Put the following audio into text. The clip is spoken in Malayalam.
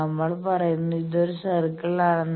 നമ്മൾ പറയുന്നു ഇതൊരു സർക്കിൾ ആണെന്ന്